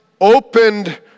opened